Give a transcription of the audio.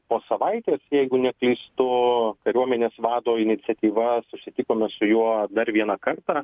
po savaitės jeigu neklystu kariuomenės vado iniciatyva susitikome su juo dar vieną kartą